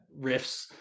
riffs